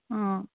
अँ